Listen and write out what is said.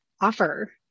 offer